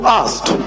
asked